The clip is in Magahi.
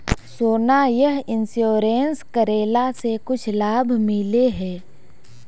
सोना यह इंश्योरेंस करेला से कुछ लाभ मिले है?